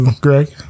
Greg